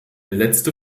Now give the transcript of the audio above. letzte